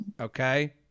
Okay